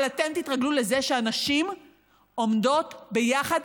אבל אתם תתרגלו לזה שהנשים עומדות ביחד,